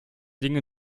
dinge